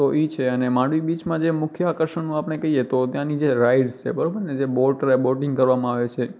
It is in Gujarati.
તો એ છે અને માંડવી બીચમાં જે મુખ્ય આકર્ષણનું આપણે કહીએ તો ત્યાંની જે રાઈડ્સ છે બરાબર ને જે બોટ રા બોટિંગ કરવામાં આવે છે